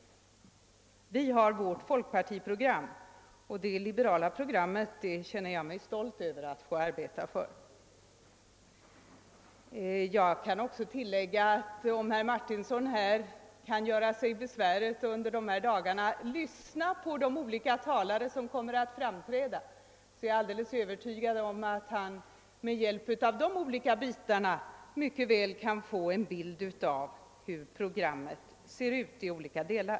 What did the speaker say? Vi har vårt folkpartiprogram, och jag känner mig stolt över att få arbeta för det liberala programmet. Jag kan tillägga att jag är övertygad om att herr Martinsson, om han gör sig besväret att under dessa dagar lyssna på de olika talare som kommer att framträda, med hjälp av de olika bitarna kan få en bild av hur vårt program ser ut.